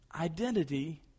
identity